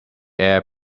air